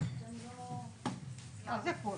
לא זה.